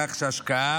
כך שהשקעה